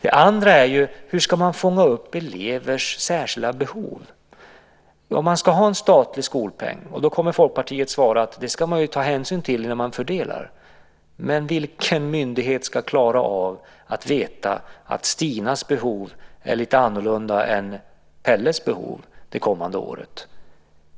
En annan sak är ju detta: Hur ska man fånga upp elevers särskilda behov om man ska ha en statlig skolpeng? Då kommer Folkpartiet att svara: Det ska man ta hänsyn till när man fördelar. Men vilken myndighet ska klara av att veta att Stinas behov är lite annorlunda än Pelles behov under det kommande året?